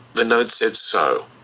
the node said so.